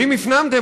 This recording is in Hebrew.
ואם הפנמתם,